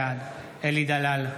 בעד אלי דלל,